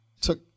took